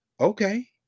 Okay